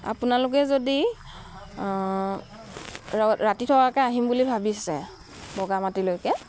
আপোনালোকে যদি ৰাতি থকাকৈ আহিম বুলি ভাবিছে বগামাটিলৈকে